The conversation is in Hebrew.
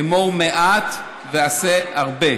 אמור מעט ועשה הרבה.